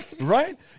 Right